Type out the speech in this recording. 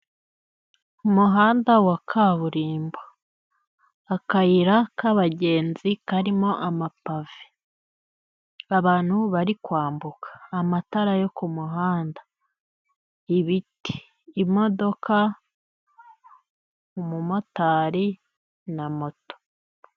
Umuhanda wa kaburimbo, akayira kabagenzi karimo amapave, abantu bari kwambuka, amatara yo ku muhanda, ibiti, imodoka, umumotari na moto.